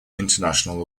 international